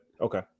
Okay